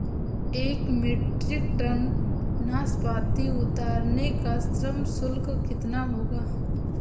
एक metric ton नाशपाती उतारने का श्रम शुल्क कितना होगा?